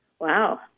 Wow